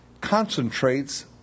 concentrates